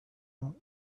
out